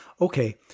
okay